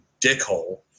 dickhole